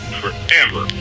forever